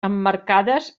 emmarcades